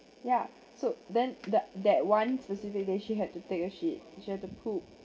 yeah so then the that one specific day she had to take a shit she had to poop